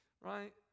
right